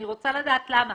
אני רוצה לדעת למה.